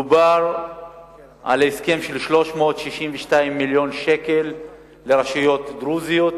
דובר על הסכם של 362 מיליון שקל לרשויות דרוזיות.